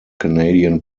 canadian